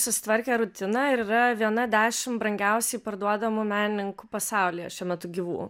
susitvarkė rutiną ir yra viena dešim brangiausiai parduodamų menininkų pasaulyje šiuo metu gyvų